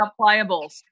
pliables